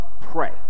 pray